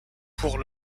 pour